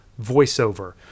voiceover